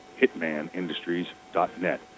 Hitmanindustries.net